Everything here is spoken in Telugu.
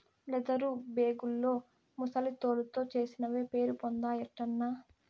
లెదరు బేగుల్లో ముసలి తోలుతో చేసినవే పేరుపొందాయటన్నా